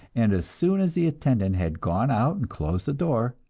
and as soon as the attendant had gone out and closed the door,